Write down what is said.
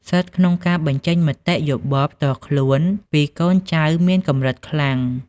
សិទ្ធិក្នុងការបញ្ចេញមតិយោបល់ផ្ទាល់ខ្លួនពីកូនចៅមានកម្រិតខ្លាំង។